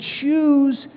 choose